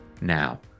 Now